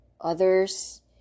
others